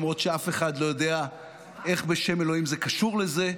למרות שאף אחד לא יודע איך בשם אלוהים זה קשור לזה,